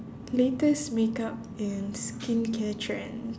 latest makeup and skincare trend